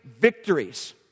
victories